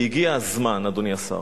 הגיע הזמן, אדוני השר,